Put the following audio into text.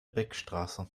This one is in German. beckstraße